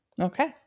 Okay